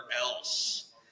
else